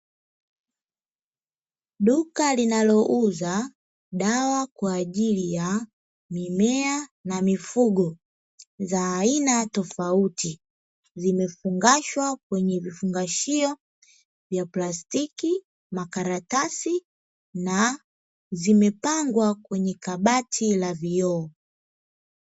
Duka linalouza dawa kwa ajili ya mimea na mifugo, za aina tofauti zimefungashwa kwenye vifungashio vya plastiki, makaratasi na zimepangwa kwenye kabati la vioo.